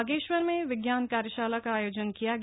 बागेश्वर में विज्ञान कार्यशाला का आयोजन किया गया